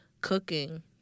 Cooking